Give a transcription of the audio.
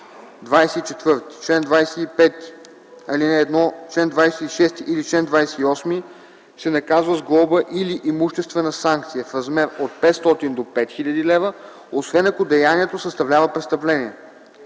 24, чл. 25, ал. 1, чл. 26 или чл. 28, се наказва с глоба или имуществена санкция в размер от 500 до 5 хил. лв., освен ако деянието съставлява престъпление.